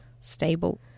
stable